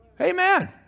Amen